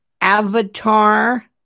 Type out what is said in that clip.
avatar